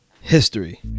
History